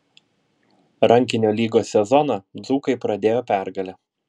rankinio lygos sezoną dzūkai pradėjo pergale